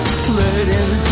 flirting